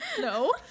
no